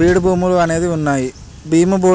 బీడు భూములు అనేది ఉన్నాయి భీముభూ